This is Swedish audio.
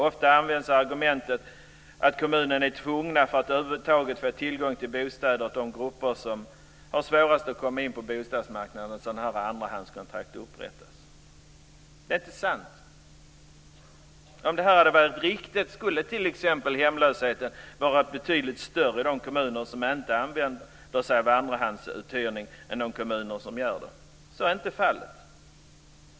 Ofta används argumentet att kommunen är tvungen, för att över huvud taget få tillgång till bostäder för de grupper som har svårast att komma in på bostadsmarknaden, att se till att sådana här andrahandskontrakt upprättas. Det är inte sant. Om detta hade varit riktigt skulle t.ex. hemlösheten vara betydligt större i de kommuner som inte använder sig av andrahandsuthyrning än i de kommuner som gör det. Så är inte fallet.